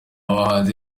bahanzi